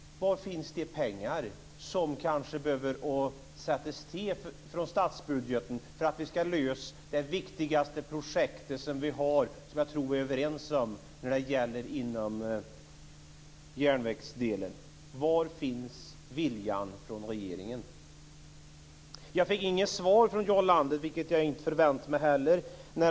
Var finns de pengar som kanske behöver avsättas från statsbudgeten för att vi ska kunna klara det viktigaste projekt som vi har - det tror jag att vi är överens om - på järnvägsområdet? Var finns regeringens vilja? Jag fick inget svar från Jarl Lander, och jag hade inte heller förväntat mig det.